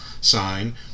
sign